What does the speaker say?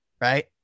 right